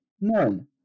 None